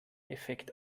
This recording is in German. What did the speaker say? effekt